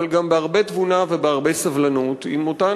אבל גם בהרבה תבונה ובהרבה סבלנות עם אותן